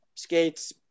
Skates